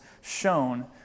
shown